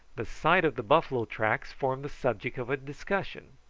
the sight of the buffalo tracks formed the subject of a discussion.